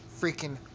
freaking